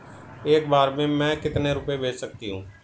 एक बार में मैं कितने रुपये भेज सकती हूँ?